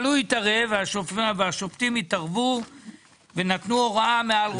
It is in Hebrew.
אבל הוא התערב והשופטים התערבו ונתנו הוראה מעל ראשינו.